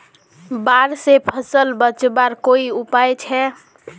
बाढ़ से फसल बचवार कोई उपाय छे?